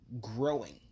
growing